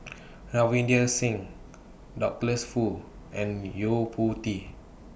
Ravinder Singh Douglas Foo and Yo Po Tee